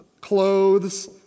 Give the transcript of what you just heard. clothes